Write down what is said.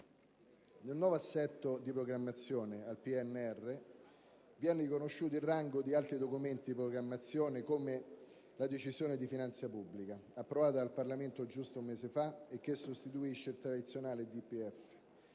Nel nuovo assetto di programmazione al PNR viene riconosciuto il rango di altri documenti di programmazione, come la Decisione di finanza pubblica, approvata dal Parlamento giusto un mese fa e che sostituisce il tradizionale DPEF,